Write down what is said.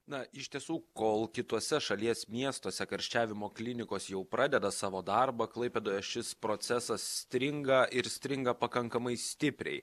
na iš tiesų kol kituose šalies miestuose karščiavimo klinikos jau pradeda savo darbą klaipėdoje šis procesas stringa ir stringa pakankamai stipriai